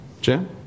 Jim